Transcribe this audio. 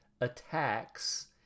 attacks